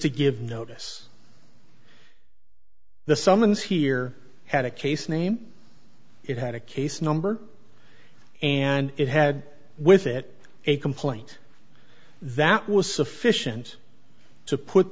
to give notice the summons here had a case name it had a case number and it had with it a complaint that was sufficient to put